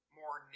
more